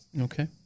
okay